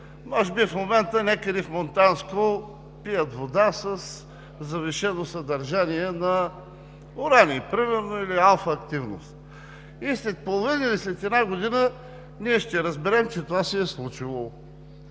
може би в момента някъде в Монтанско пият вода със завишено съдържание на уран и примерно или алфа-активност и след половин или след една година ние ще разберем, че това се е случило,